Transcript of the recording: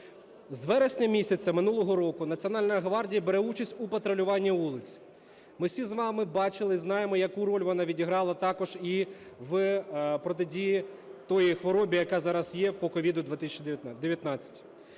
З вересня місяця минулого року Національна гвардія бере участь у патрулюванні вулиць. Ми всі з вами бачили і знаємо, яку роль вона відіграла також і в протидії тій хворобі, яка зараз є, по COVID-19.